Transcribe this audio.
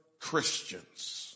Christians